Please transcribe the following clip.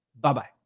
Bye-bye